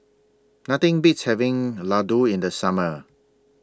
Nothing Beats having Ladoo in The Summer